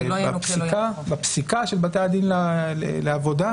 ולא ינוכה לו יום חופש.